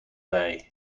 wei